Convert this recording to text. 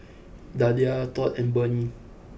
Dalia Todd and Burney